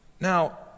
Now